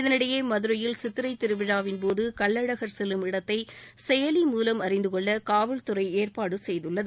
இதனிடையே மதுரையில் சித்திரை திருவிழாவின்போது கள்ளழகர் செல்லும் இடத்தை செயலி மூலம் அறிந்து கொள்ள காவல்துறை ஏற்பாடு செய்துள்ளது